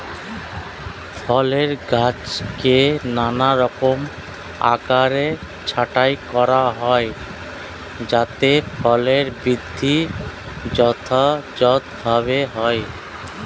ফলের গাছকে নানারকম আকারে ছাঁটাই করা হয় যাতে ফলের বৃদ্ধি যথাযথভাবে হয়